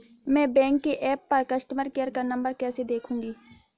मैं बैंक के ऐप पर कस्टमर केयर का नंबर कैसे देखूंगी?